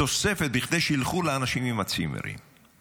תוספת כדי שילכו לאנשים עם הצימרים,